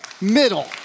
middle